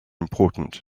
important